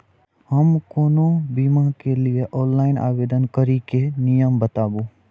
हम कोनो बीमा के लिए ऑनलाइन आवेदन करीके नियम बाताबू?